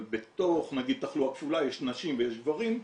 אבל נגיד בתוך תחלואה כפולה יש נשים ויש גברים,